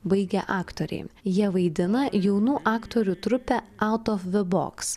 baigę aktoriai jie vaidina jaunų aktorių trupė out of the box